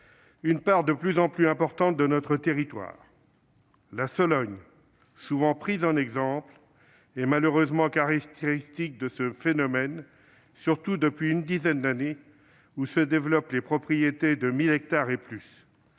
une part de plus en plus importante de notre territoire. La Sologne, souvent prise en exemple, est malheureusement caractéristique de ce phénomène, surtout depuis une dizaine d'années, au cours desquelles se sont développées les